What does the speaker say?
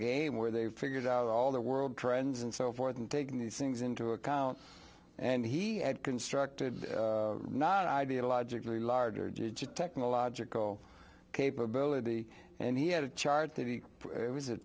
game where they figured out all the world trends and so forth and taking these things into account and he had constructed not ideologically larger just a technological capability and he had a chart that he was a